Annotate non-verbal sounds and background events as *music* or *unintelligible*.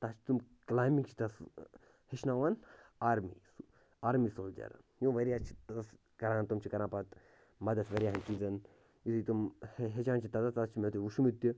تَتھ چھِ تِم کٕلاینٛبنٛگ چھِ تَتھ ہیٚچھناوان آرمی آرمی سولجَر یِم واریاہ چھِ کران تِم چھِ کران پتہٕ مدد واریاہَن چیٖزَن یُتھٕے تِم ہیٚچھان چھِ تَتیٚتھ *unintelligible* مےٚ چھِ وُچھمُت تہِ